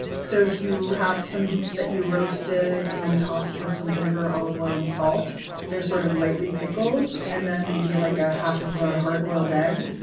so if you have some beets that you roasted and tossed with some vinegar, olive oil and salt they're sort of lightly pickled. and then maybe like ah half of a hard-boiled egg.